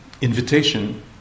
invitation